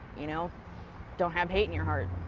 you know don't have hate in your heart.